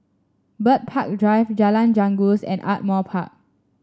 Bird Park Drive Jalan Janggus and Ardmore Park